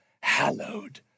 hallowed